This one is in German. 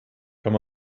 kann